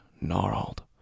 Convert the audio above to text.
gnarled